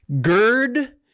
Gird